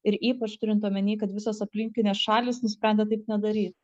ir ypač turint omeny kad visos aplinkinės šalys nusprendė taip nedaryt